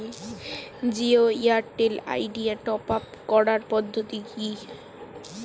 Jio Airtel Idea top up করার পদ্ধতি কি?